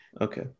Okay